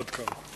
עד כאן.